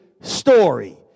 story